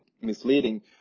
misleading